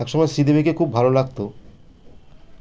এক সময় শ্রীদেবীকে খুব ভালো লাগতো